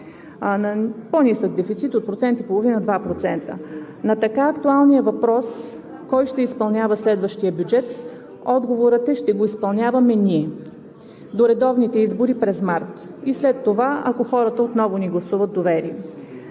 на по-нисък дефицит от процент и половина-два процента. На така актуалния въпрос – кой ще изпълнява следващия бюджет, отговорът е – ще го изпълняваме ние до редовните избори през март, и след това, ако хората отново ни гласуват доверие.